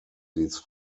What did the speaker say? these